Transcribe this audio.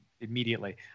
immediately